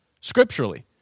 Scripturally